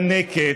מזנקת,